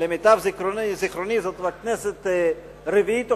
למיטב זיכרוני זאת כבר כנסת רביעית או